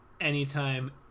anytime